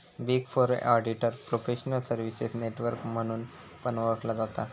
big four auditor professional services network म्हणून पण ओळखला जाता